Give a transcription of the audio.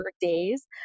days